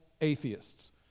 atheists